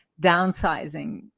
downsizing